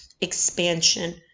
expansion